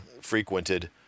frequented –